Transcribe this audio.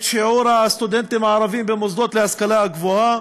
שיעור הסטודנטים הערבים במוסדות להשכלה הגבוהה